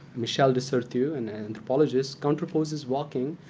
michel de certeau, an anthropologist, counterposes walking,